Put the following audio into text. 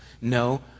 No